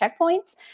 checkpoints